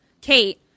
Kate